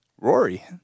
Rory